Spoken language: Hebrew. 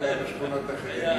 חבר הכנסת נסים זאב,